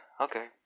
okay